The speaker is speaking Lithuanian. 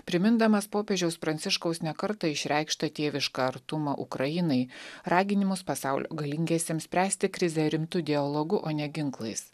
primindamas popiežiaus pranciškaus ne kartą išreikštą tėvišką artumą ukrainai raginimus pasaulio galingiesiems spręsti krizę rimtu dialogu o ne ginklais